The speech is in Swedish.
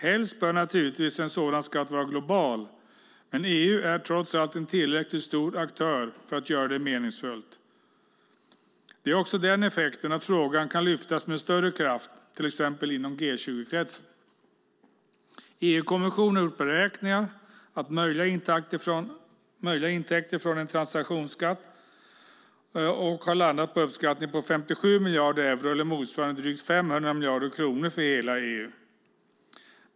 Helst bör naturligtvis en sådan skatt vara global, men EU är trots allt en tillräckligt stor aktör för att göra det meningsfullt. Det har också den effekten att frågan kan lyftas upp med större kraft till exempel inom G20-kretsen. EU-kommissionen har gjort beräkningar på möjliga intäkter från en transaktionsskatt och landat på en uppskattning på 57 miljarder euro eller motsvarande drygt 500 miljarder kronor för hela EU.